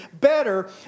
better